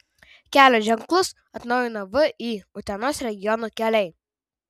kelio ženklus atnaujina vį utenos regiono keliai